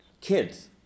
kids